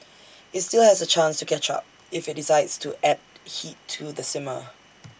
IT still has A chance to catch up if IT decides to add heat to the simmer